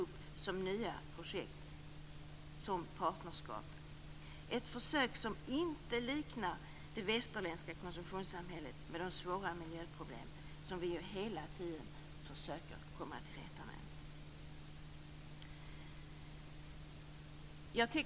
Jag hade önskat ett projekt som inte liknar det västerländska konsumtionssamhället med dess svåra miljöproblem, som vi ju hela tiden försöker komma till rätta med.